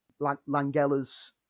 Langella's